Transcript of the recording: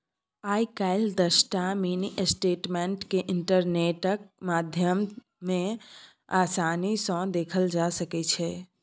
आइ काल्हि दसटा mini statement केँ इंटरनेटक माध्यमे आसानी सँ देखल जा सकैए